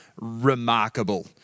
remarkable